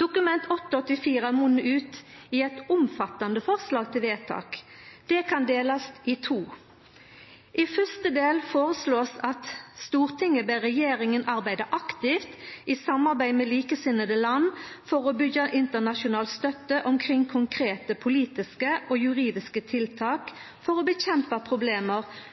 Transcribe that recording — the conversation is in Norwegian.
Dokument 8:84 S munnar ut i eit omfattande forslag til vedtak. Det kan delast i to. I fyrste del blir det føreslått at Stortinget ber regjeringa arbeida aktivt i samarbeid med likesinna land for å byggja internasjonal støtte omkring konkrete politiske og juridiske tiltak for å